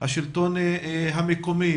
השלטון המקומי,